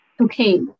Okay